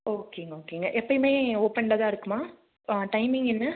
ஓகேங்க ஓகேங்க எப்பையுமே ஓப்பனில் தான் இருக்குமா ப டைமிங் என்ன